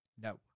No